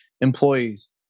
employees